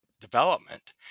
development